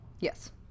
Yes